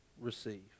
receive